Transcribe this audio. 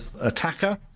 attacker